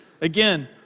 Again